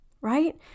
right